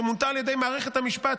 שמונתה על ידי מערכת המשפט,